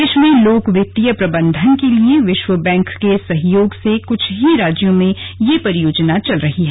देश में लोक वित्तीय प्रबन्धन के लिए विश्व बैंक के सहयोग से क्छ ही राज्यों में यह परियोजना चल रही है